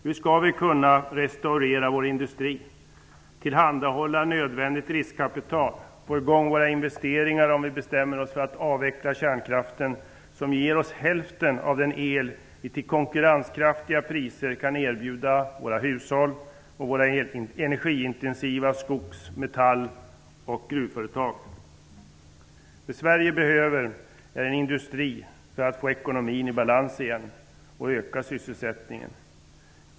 Hur skall vi kunna restaurera vår industri, tillhandahålla nödvändigt riskkapital, få i gång våra investeringar om vi bestämmer oss för att avveckla kärnkraften, som ger oss hälften av den el vi till konkurrenskraftiga priser kan erbjuda våra hushåll och våra energiintensiva skogs-, metall och gruvföretag? Det Sverige behöver är en industri för att få ekonomin i balans igen och öka sysselsättningen.